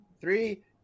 three